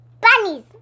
bunnies